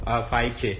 5 છે